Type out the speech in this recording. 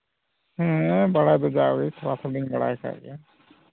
ᱦᱮᱸ ᱵᱟᱲᱟᱭ ᱫᱚ ᱡᱟᱣᱜᱮ ᱛᱷᱚᱲᱟ ᱛᱷᱩᱲᱤᱧ ᱵᱟᱲᱟᱭ ᱠᱟᱜ ᱜᱮᱭᱟ